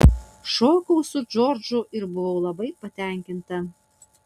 šokau su džordžu ir buvau labai patenkinta